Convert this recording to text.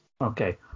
Okay